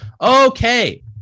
okay